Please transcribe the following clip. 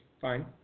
Fine